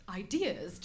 ideas